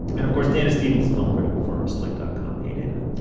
and, of course, dana stevens, film critic for slate dot com. hey, dana.